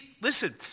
Listen